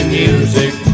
music